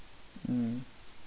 mm